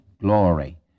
glory